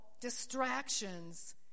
distractions